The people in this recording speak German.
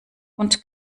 und